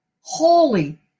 holy